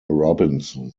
robinson